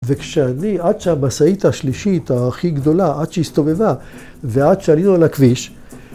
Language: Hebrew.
‫וכשאני, עד שהמשאית השלישית ‫הכי גדולה, עד שהיא הסתובבה, ‫ועד שעלינו על הכביש,